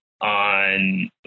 on